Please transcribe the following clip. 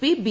P B